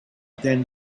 then